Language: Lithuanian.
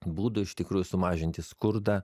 būdų iš tikrųjų sumažinti skurdą